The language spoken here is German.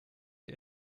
die